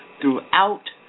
throughout